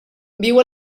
viu